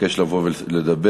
מתבקש לבוא ולדבר.